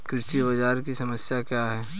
कृषि बाजार की समस्या क्या है?